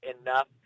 enough